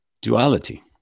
duality